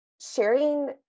sharing